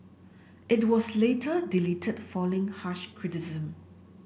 it was later deleted following harsh criticism